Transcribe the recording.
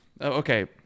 Okay